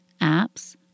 apps